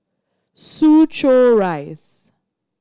Soo Chow Rise